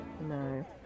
No